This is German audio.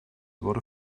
wurde